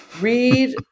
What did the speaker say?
Read